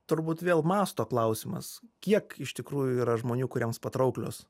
turbūt vėl masto klausimas kiek iš tikrųjų yra žmonių kuriems patrauklios